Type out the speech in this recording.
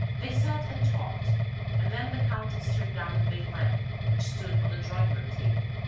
they sat and talked and then the countess turned down the big lamp which stood on the drawing-room table.